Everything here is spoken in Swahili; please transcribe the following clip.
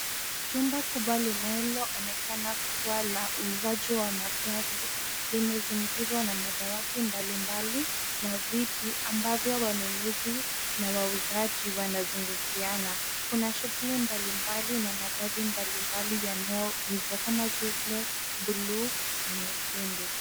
Chumba kubwa linaloonekana kuwa la uuzaji wa magari limezingirwa na madawati mbalimbali na viti ambavyo wanunuzi na wauzaji wanazungumziana. Kuna shughuli mbalimbali na magari mbalimbali yanayouzwa kama vile bluu na nyekundu.